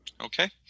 okay